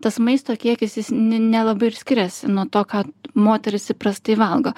tas maisto kiekis jis ne nelabai ir skiriasi nuo to ką moterys įprastai valgo